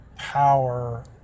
power